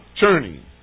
Churning